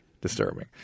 disturbing